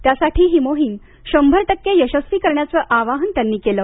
त्यासाठी ही मोहीम शंभर टक्के यशस्वी करण्याचं आवाहन त्यांनी केलं